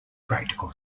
practical